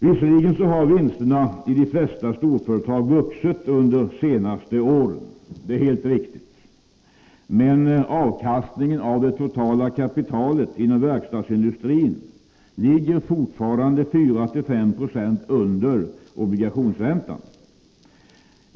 Visserligen har vinsterna i de flesta storföretag vuxit under det senaste året —- det är helt riktigt — men avkastningen av det totala kapitalet inom verkstadsindustrin ligger fortfarande 4-5 26 under obligationsräntan.